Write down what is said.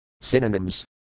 Synonyms